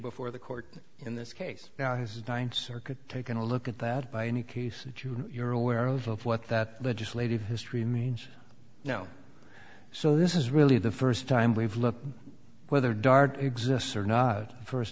before the court in this case now is his ninth circuit taking a look at that by any case that you're aware of of what that legislative history means now so this is really the first time we've looked whether dard exists or not first